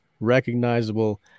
recognizable